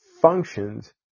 functions